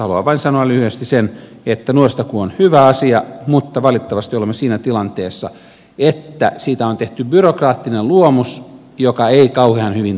haluan vain sanoa lyhyesti sen että nuorisotakuu on hyvä asia mutta valitettavasti olemme siinä tilanteessa että siitä on tehty byrokraattinen luomus joka ei kauhean hyvin toimi